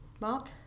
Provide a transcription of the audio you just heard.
Mark